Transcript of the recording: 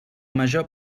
major